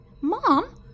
Mom